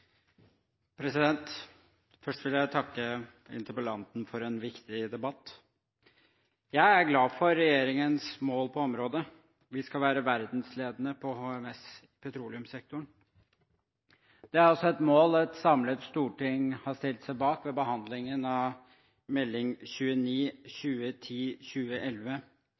glad for regjeringens mål på området. Vi skal være verdensledende på HMS i petroleumssektoren. Det er også et mål et samlet storting har stilt seg bak ved behandlingen av Meld. St. 29